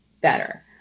better